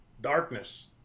darkness